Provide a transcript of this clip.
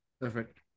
Perfect